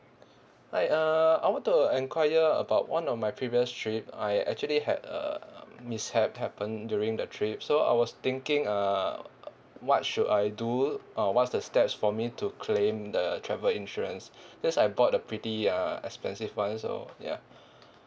hi uh I want to enquire about one of my previous trip I actually had uh mishap happened during the trip so I was thinking uh what should I do uh what's the steps for me to claim the travel insurance cause I bought a pretty uh expensive [one] so ya